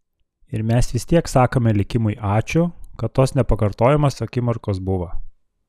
ir mes vis tiek sakome likimui ačiū kad tos nepakartojamos akimirkos buvo